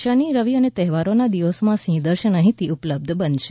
શનિ રવિ અને તહેવારના દિવસોમાં સિંહ દર્શન અહીથી ઉપલબ્ધ બનશે